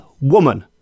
woman